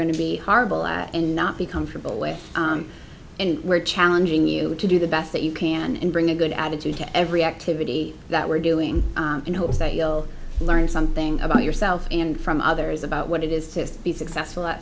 going to be horrible and not be comfortable with and we're challenging you to do the best that you can and bring a good attitude to every activity that we're doing in hopes that you'll learn something about yourself and from others about what it is to be successful at